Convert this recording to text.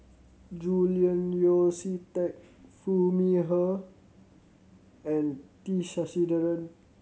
Julian Yeo See Teck Foo Mee Har and T Sasitharan